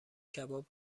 کباب